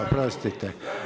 Oprostite.